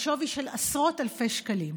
בשווי של עשרות אלפי שקלים.